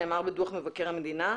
נאמר בדוח מבקר המדינה.